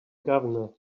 governor